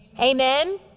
Amen